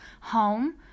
home